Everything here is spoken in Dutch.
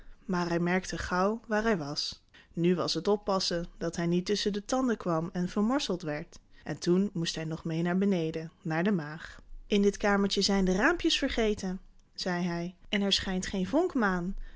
maar hij merkte gauw waar hij was nu was het oppassen dat hij niet tusschen de tanden kwam en vermorseld werd en toen moest hij nog meê naar beneden naar de maag in dit kamertje zijn de raampjes vergeten zei hij en er schijnt geen vonk maan